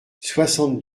soixante